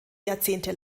jahrzehnte